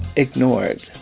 ignored